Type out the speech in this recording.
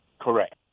Correct